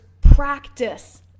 practice